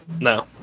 No